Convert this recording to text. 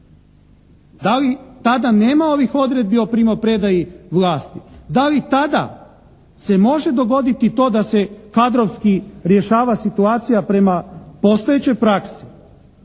Da li tada nema ovih odredbi o primopredaji vlasti, da li tada se može dogoditi to da se kadrovski rješava situacija prema postojećoj praksi?